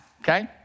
okay